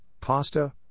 pasta